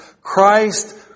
Christ